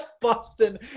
Boston